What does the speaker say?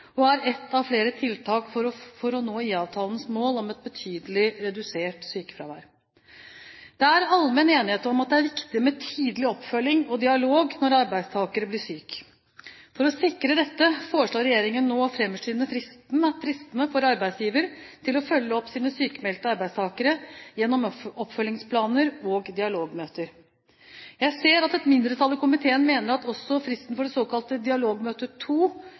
og er ett av flere tiltak for å nå IA-avtalens mål om et betydelig redusert sykefravær. Det er allmenn enighet om at det er viktig med tidlig oppfølging og dialog når arbeidstaker blir syk. For å sikre dette foreslår regjeringen nå å fremskynde fristene for arbeidsgiver til å følge opp sine sykmeldte arbeidstakere gjennom oppfølgingsplaner og dialogmøter. Jeg ser at et mindretall i komiteen mener at også fristen for det såkalte dialogmøte